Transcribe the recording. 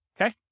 Okay